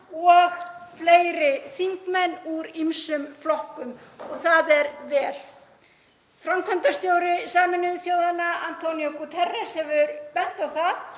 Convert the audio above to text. og fleiri þingmenn úr ýmsum flokkum og það er vel. Framkvæmdastjóri Sameinuðu þjóðanna, Antonio Guterres, hefur bent á að